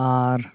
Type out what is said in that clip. ᱟᱨ